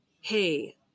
hey